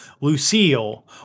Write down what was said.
Lucille